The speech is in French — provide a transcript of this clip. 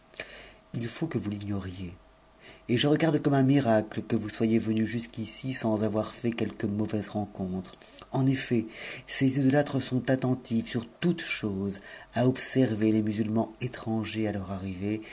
il faut que vous t'ignoricx ft j regarde comme un miracle que vous soyez venu jusqu'ici sans avon quelque mauvaise rencontre en effet ces idolâtres sont attenttts toute chose à observer les musulmans étrangers a leur arrivée